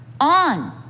on